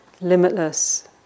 limitless